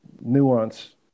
nuance